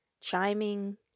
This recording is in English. chiming